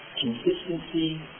consistency